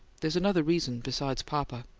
there's another reason besides papa.